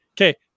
Okay